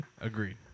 Agreed